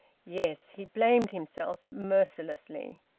yes, he blamed himself mercilessly.